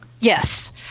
Yes